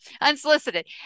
unsolicited